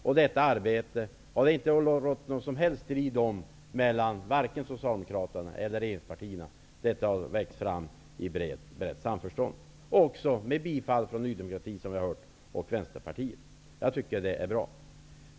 Om detta arbete har det inte rått någon som helst strid mellan vare sig Socialdemokraterna eller regeringspartierna, utan det har växt fram i brett samförstånd -- också, som vi har hört, med bifall från Ny demokrati och Vänsterpartiet. Jag tycker att det är bra.